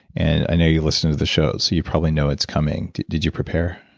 and i know you listen to the show so you probably know it's coming. did you prepare?